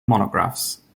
monographs